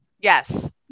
Yes